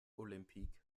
olympique